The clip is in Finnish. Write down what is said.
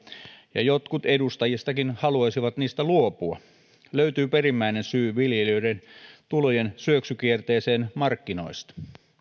ja jotkut edustajistakin haluaisivat niistä luopua löytyy perimmäinen syy viljelijöiden tulojen syöksykierteeseen markkinoista